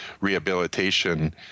rehabilitation